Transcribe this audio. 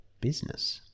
business